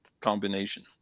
combination